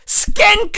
skin